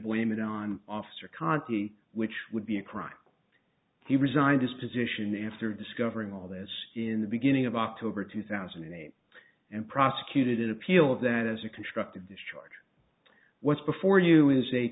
blame it on officer conti which would be a crime he resigned his position after discovering all this in the beginning of october two thousand and eight and prosecuted appeal of that as a constructive discharge what's before you